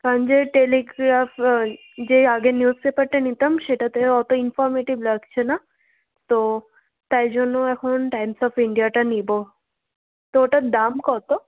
কারণ যে টেলিগ্রাফ যে আগের নিউজ পেপারটা নিতাম সেটাতে অত ইনফর্মেটিভ লাগছে না তো তাই জন্য এখন টাইমস অব ইন্ডিয়াটা নেব তো ওটার দাম কত